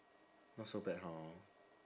not so bad hor